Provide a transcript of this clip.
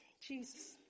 Jesus